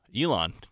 Elon